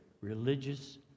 religious